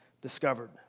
discovered